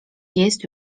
jest